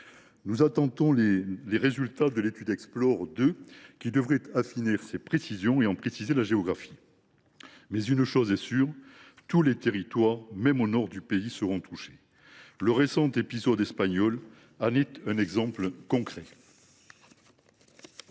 Nous attendons les résultats de l’étude Explore2 qui devraient affiner ces prévisions et en préciser la géographie. Mais une chose est sûre : tous les territoires, même au nord du pays, seront touchés. Le récent épisode espagnol en est un exemple concret. Dans